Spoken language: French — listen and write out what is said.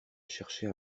chercher